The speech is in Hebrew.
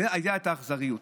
זו הייתה האכזריות.